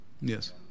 Yes